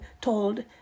told